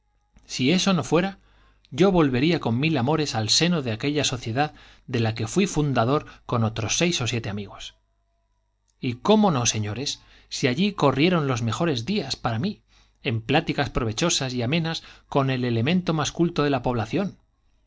si eso no fuera yo volvería con mil amores al seno de aquella sociedad de la que fuí fundador con otros seis o siete amigos y cómo no señores si allí corrieron los mejores días para mí en pláticas provechosas y amenas con el elemento más culto de la población